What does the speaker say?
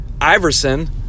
Iverson